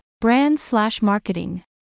brand-slash-marketing